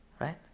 Right